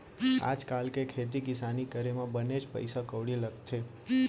आज काल के खेती किसानी करे म बनेच पइसा कउड़ी लगथे